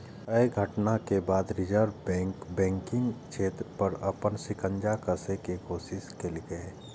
अय घटना के बाद रिजर्व बैंक बैंकिंग क्षेत्र पर अपन शिकंजा कसै के कोशिश केलकै